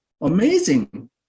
Amazing